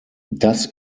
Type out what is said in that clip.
das